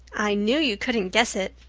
i knew you couldn't guess it.